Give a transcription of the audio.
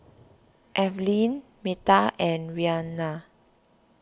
Evelin Meta and Reanna